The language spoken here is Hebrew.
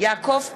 יעקב פרי,